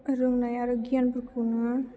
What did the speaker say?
रोंनाय आरो गियानफोरखौनो